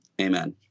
Amen